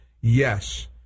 yes